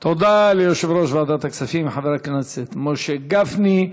תודה ליושב-ראש ועדת הכספים חבר הכנסת משה גפני.